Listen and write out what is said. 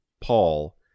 Paul